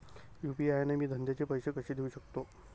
UPI न मी धंद्याचे पैसे कसे देऊ सकतो?